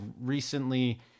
recently